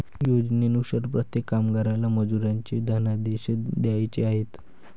योजनेनुसार प्रत्येक कामगाराला मजुरीचे धनादेश द्यायचे आहेत